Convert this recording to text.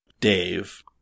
Dave